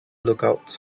lookouts